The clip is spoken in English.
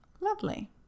Lovely